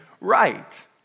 right